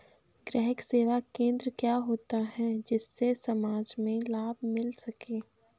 ग्राहक सेवा केंद्र क्या होता है जिससे समाज में लाभ मिल सके?